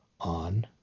on